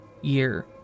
year